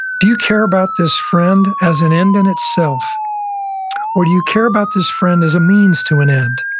do you care about this friend as an end in itself or do you care about this friend as a means to an end?